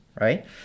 right